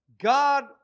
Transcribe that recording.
God